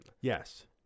Yes